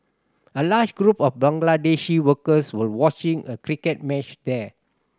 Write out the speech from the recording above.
a large group of Bangladeshi workers were watching a cricket match there